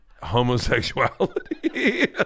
Homosexuality